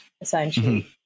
essentially